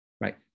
right